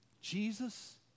Jesus